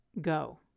go